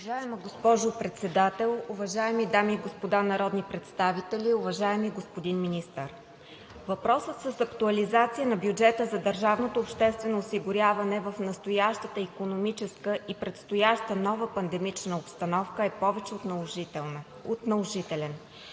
Уважаема госпожо Председател, уважаеми дами и господа народни представители! Уважаеми господин Министър, въпросът с актуализацията на бюджета за държавното обществено осигуряване в настоящата икономическа и предстояща нова пандемична обстановка е повече от наложителен.